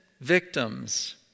victims